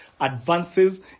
advances